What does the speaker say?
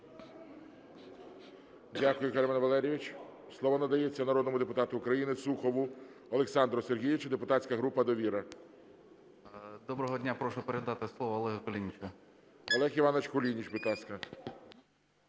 Дякую, Герман Валерійович. Слово надається народному депутату України Сухову Олександру Сергійовичу, депутатська група "Довіра". 10:29:58 СУХОВ О.С. Доброго дня. Прошу передати слово Олегу Кулінічу. ГОЛОВУЮЧИЙ. Олег Іванович Кулініч, будь ласка.